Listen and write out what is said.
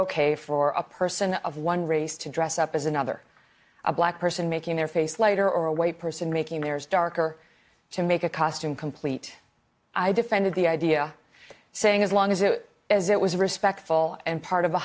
ok for a person of one race to dress up as another a black person making their face lighter or a white person making theirs darker to make a costume complete i defended the idea saying as long as it is it was respectful and part of